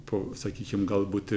po sakykim galbūt